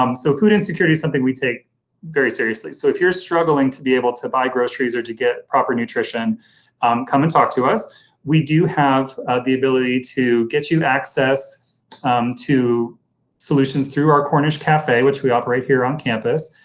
um so food insecurity something we take very seriously, so if you're struggling to be able to buy groceries or to get proper nutrition come and talk to us we do have the ability to get you access to solutions through our cornish cafe which we operate here on campus,